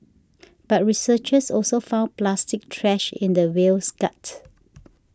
but researchers also found plastic trash in the whale's gut